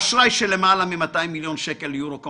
אשראי של למעלה מ-200 מיליון שקל לירוקום